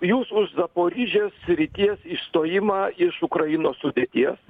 jūs už zaporižės srities išstojimą iš ukrainos sudėties